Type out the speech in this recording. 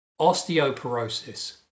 osteoporosis